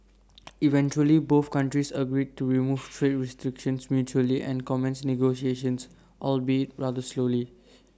eventually both countries agreed to remove trade restrictions mutually and commence negotiations albeit rather slowly